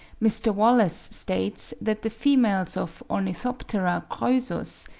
mr. wallace states that the females of ornithoptera croesus,